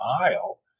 aisle